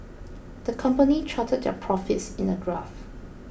the company charted their profits in a graph